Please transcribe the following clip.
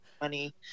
money